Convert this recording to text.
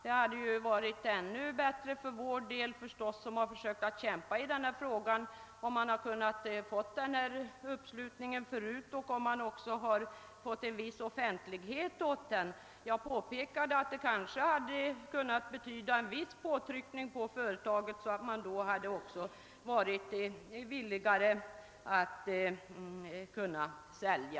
Det hade varit ännu bättre för oss, som har försökt att hitta en lösning, om denna uppslutning hade skett förut och om den även hade givits en viss offentlighet. Jag framhöll just att det kanske hade kunnat betyda en viss påtryckning på företagsledningen — som hade gjort dem villigare att sälja.